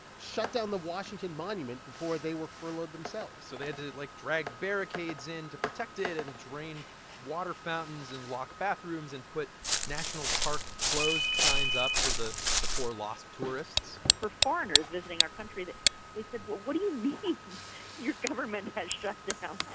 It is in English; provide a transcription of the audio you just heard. shut down the washington monument before they were furloughed themselves so they had to, like, drag barricades in to protect it and drain water fountains and lock bathrooms and put national park closed signs up for the the poor, lost tourists for foreigners visiting our country, they said, well, what do you mean, your your government has shut down?